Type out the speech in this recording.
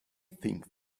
think